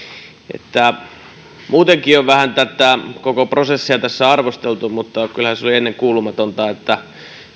muutenkin jo vähän tätä koko prosessia tässä on arvosteltu mutta kyllähän se oli ennenkuulumatonta että